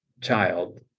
child